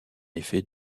effet